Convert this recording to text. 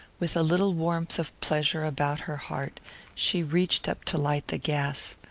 with a little warmth of pleasure about her heart she reached up to light the gas.